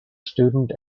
student